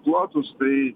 plotus tai